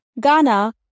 Ghana